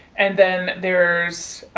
and then there's